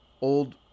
old